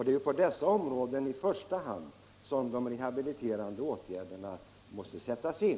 Det är uppenbart i första hand på dessa områden som de rehabiliterande åtgärderna måste sättas in.